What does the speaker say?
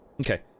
Okay